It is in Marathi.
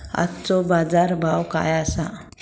आजचो बाजार भाव काय आसा?